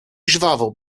żwawo